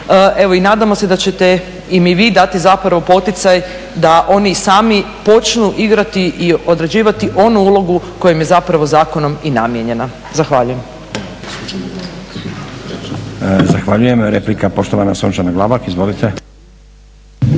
Evo i nadamo se da ćete im i vi dati zapravo poticaj da oni sami počnu igrati i određivati onu ulogu koja im je zapravo zakonom i namijenjena. Zahvaljujem. **Stazić, Nenad (SDP)** Zahvaljujem. Replika, poštovana Sunčana Glavak. Izvolite.